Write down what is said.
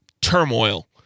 turmoil